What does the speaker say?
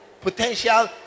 Potential